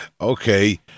Okay